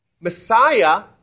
Messiah